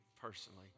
personally